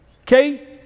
Okay